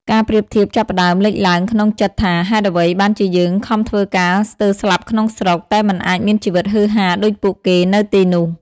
ការប្រៀបធៀបចាប់ផ្តើមលេចឡើងក្នុងចិត្តថា ហេតុអ្វីបានជាយើងខំធ្វើការស្ទើរស្លាប់ក្នុងស្រុក តែមិនអាចមានជីវិតហ៊ឺហាដូចពួកគេនៅទីនោះ?